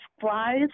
flies